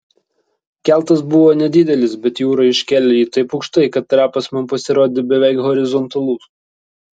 keltas buvo nedidelis bet jūra iškėlė jį taip aukštai kad trapas man pasirodė beveik horizontalus